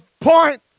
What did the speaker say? point